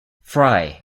frye